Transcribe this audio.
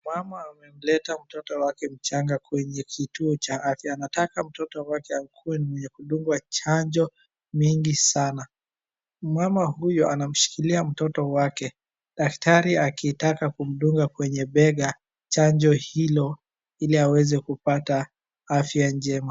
Mama ameleta mtoto wake mchanga kwenye kituo cha afya. Anataka mtoto wake akue mwenye kudungwa chanjo mengi sana. Mama huyo anamshikilia mtoto wake daktari akitaka kumdunga kwenye bega chanjo hilo ili aweze kupata afya njema.